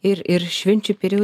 ir ir švenčių perio